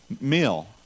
meal